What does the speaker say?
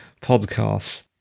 podcasts